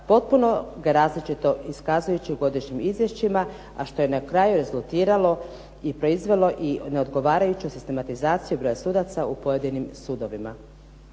potpuno ga različito iskazujući u godišnjim izvješćima, a što je na kraju rezultiralo i proizvelo i neodgovarajuću sistematizaciju broja sudaca u pojedinim sudovima.